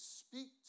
speak